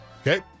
Okay